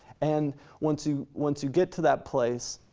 and once you once you get to that place,